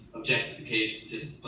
objectification just,